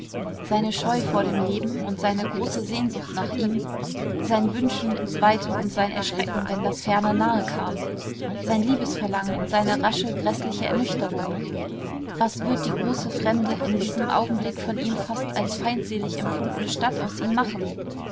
seine scheu vor dem leben und seine große sehnsucht nach ihm sein wünschen ins weite und sein erschrecken wenn das ferne nahe kam sein liebesverlangen und seine rasche gräßliche ernüchterung was wird die große fremde in diesem augenblick von ihm fast als feindselig empfundene stadt aus ihm machen